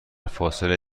فاصله